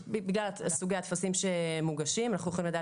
בגלל סוגי הטפסים שמוגשים אנחנו יכולים לדעת